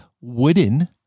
wooden